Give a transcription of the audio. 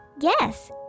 Yes